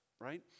Right